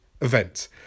event